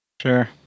Sure